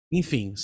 enfim